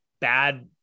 bad